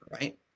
right